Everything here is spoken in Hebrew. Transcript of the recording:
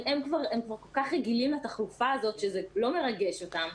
הם כבר כל כך רגילים לתחלופה הזאת שזה לא מרגש אותם,